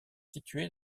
située